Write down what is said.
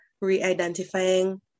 re-identifying